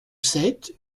sept